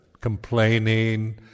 complaining